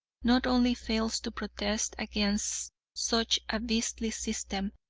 not only fails to protest against such a beastly system,